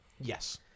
Yes